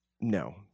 No